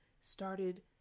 started